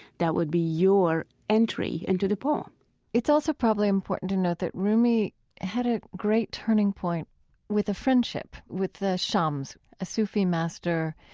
that would be your entry into the poem it's also probably important to note that rumi had a great turning point with a friendship, with shams, a sufi master.